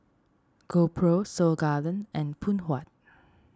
GoPro Seoul Garden and Phoon Huat